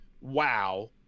wow